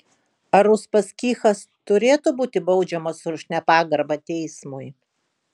ar uspaskichas turėtų būti baudžiamas už nepagarbą teismui